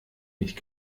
nicht